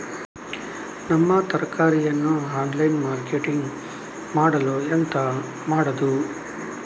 ನಮ್ಮ ತರಕಾರಿಯನ್ನು online marketing ಮಾಡಲು ಎಂತ ಮಾಡುದು?